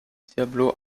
diablo